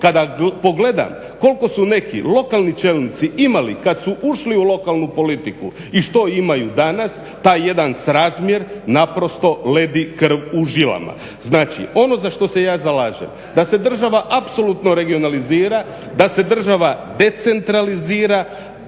Kada pogledam koliko su neki lokalni čelnici imali kad su ušli u lokalnu politiku i što imaju danas, taj jedan razmjer naprosto ledi krv u žilama. Znači, ono za što se ja zalažem, da se država apsolutno regionalizira, da se država decentralizira,